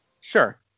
Sure